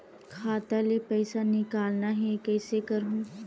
खाता ले पईसा निकालना हे, कइसे करहूं?